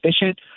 efficient